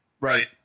Right